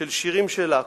של שירים שלה,